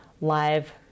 live